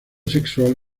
sexual